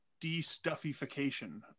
de-stuffification